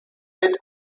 mit